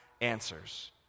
answers